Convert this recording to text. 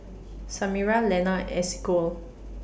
Samira Lenna and Esequiel